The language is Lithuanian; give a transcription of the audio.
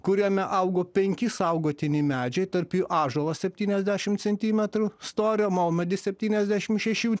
kuriame augo penki saugotini medžiai tarp jų ąžuolas septyniasdešimt centimetrų storio maumedis septyniasdešim šešių